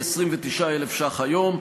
29,000 ש"ח היום,